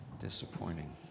Disappointing